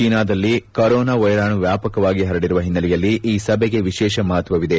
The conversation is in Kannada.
ಚೀನಾದಲ್ಲಿ ಕೊರೋನಾ ವೈರಾಣು ವ್ಯಾಪಾಕವಾಗಿ ಹರಡಿರುವ ಹಿನ್ನೆಲೆಯಲ್ಲಿ ಈ ಸಭೆಗೆ ವಿಶೇಷ ಮಹತ್ವವಿದೆ